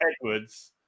Edwards